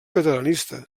catalanista